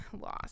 lost